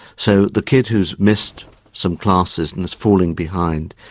so the kid who's missed some classes and is falling behind,